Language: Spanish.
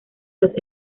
los